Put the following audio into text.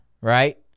right